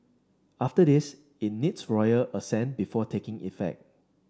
after this it needs royal assent before taking effect